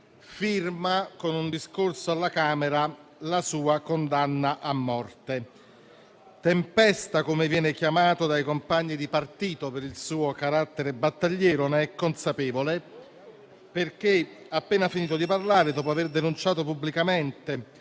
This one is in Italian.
firma con un discorso alla Camera la sua condanna a morte. "Tempesta", come viene chiamato dai compagni di partito per il suo carattere battagliero, ne è consapevole, perché, appena finito di parlare, dopo aver denunciato pubblicamente